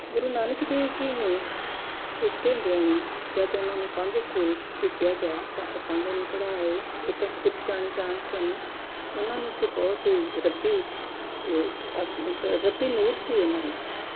ਗੁਰੂ ਨਾਨਕ ਦੇਵ ਜੀ ਨੇ ਛੋਟੇ ਹੁੰਦਿਆਂ ਹੀ ਜਦ ਉਹਨਾਂ ਨੂੰ ਪਾਂਧੇ ਕੋਲ ਭੇਜਿਆ ਗਿਆ ਤਾਂ ਉਹ ਪਾਂਧੇ ਨੂੰ ਪੜ੍ਹਾ ਆਏ ਉਹ ਤਾਂ ਖੁਦ ਜਾਣੀ ਜਾਣ ਸਨ ਉਹਨਾਂ ਨੂੰ ਤਾਂ ਬਹੁਤ ਰੱਬੀ ਰੱਬੀ ਨੂਰ ਸੀ ਉਹਨਾਂ ਵਿੱਚ